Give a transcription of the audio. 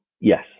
Yes